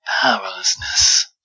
Powerlessness